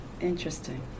Interesting